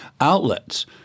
outlets